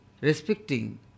respecting